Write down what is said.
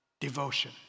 Devotion